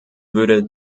würde